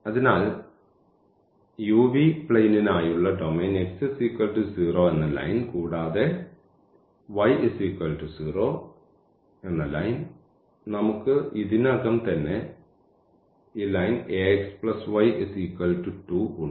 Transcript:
അതിനാൽ u v പ്ലെയിനിനായുള്ള domain x 0 എന്ന ലൈൻ കൂടാതെ y0 കൂടാതെ y0 എന്ന ലൈൻ നമുക്ക് ഇതിനകം തന്നെ ഈ വരി ഉണ്ട്